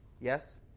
Yes